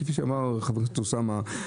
כפי שאמר חבר הכנסת אוסאמה,